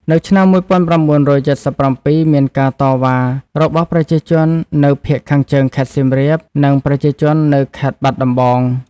នៅឆ្នាំ១៩៧៧ មានការតវ៉ារបស់ប្រជាជននៅភាគខាងជើងខេត្តសៀមរាប និង ប្រជាជននៅខេត្តបាត់ដំបង។